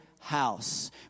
house